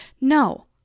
No